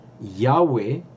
Yahweh